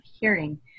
hearing